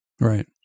Right